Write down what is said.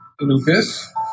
Lucas